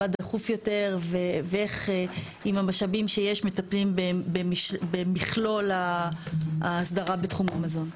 מה דחוף יותר ואיך עם המשאבים שיש מטפלים במכלול האסדרה בתחום המזון.